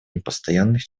непостоянных